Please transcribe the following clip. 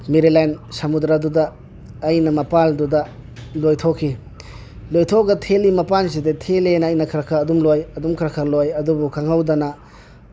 ꯃꯦꯔꯤꯂꯥꯏꯟ ꯁꯃꯨꯗ꯭ꯔꯥ ꯑꯗꯨꯗ ꯑꯩꯅ ꯃꯄꯥꯟꯗꯨꯗ ꯂꯣꯏꯊꯣꯛꯈꯤ ꯂꯣꯏꯊꯣꯛꯑꯒ ꯊꯦꯜꯂꯤ ꯃꯄꯥꯜꯁꯤꯗ ꯊꯦꯜꯂꯤ ꯍꯥꯏꯅ ꯑꯩꯅ ꯈ꯭ꯔ ꯈ꯭ꯔ ꯑꯗꯨꯝ ꯂꯣꯏ ꯑꯗꯨꯝ ꯈ꯭ꯔ ꯈ꯭ꯔ ꯂꯣꯏ ꯑꯗꯨꯕꯨ ꯈꯪꯍꯧꯗꯅ